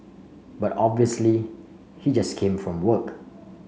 but obviously he just came from work